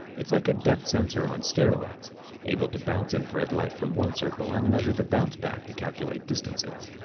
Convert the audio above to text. it's like a depth sensor on steroids able to bounce infrared light from one circle and measure the bounce back to calculate distances.